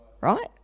Right